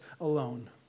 alone